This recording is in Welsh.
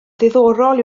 ddiddorol